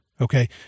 Okay